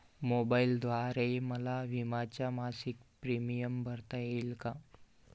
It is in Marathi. मोबाईलद्वारे मला विम्याचा मासिक प्रीमियम भरता येईल का?